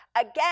Again